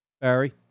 Barry